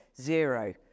zero